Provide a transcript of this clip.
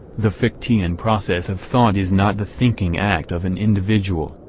the fichtean process of thought is not the thinking act of an individual,